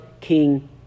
king